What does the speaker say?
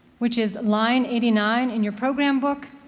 which is line eighty nine in your program book,